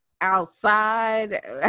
outside